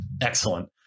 Excellent